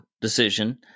decision